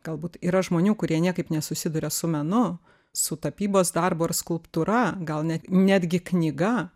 galbūt yra žmonių kurie niekaip nesusiduria su menu su tapybos darbu ar skulptūra gal net netgi knyga